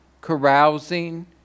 carousing